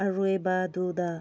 ꯑꯔꯣꯏꯕꯗꯨꯗ